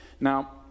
Now